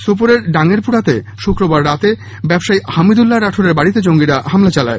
সোপোরের ডাঙ্গেরপুরাতে শুক্রবার রাতে ব্যবসায়ী হামিদুল্লা রাঠোরের বাড়িতে জঙ্গিরা হামলা চালায়